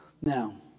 Now